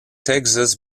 texas